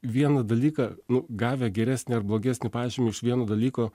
vieną dalyką nu gavę geresnį ar blogesnį pažymį iš vieno dalyko